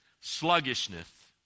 sluggishness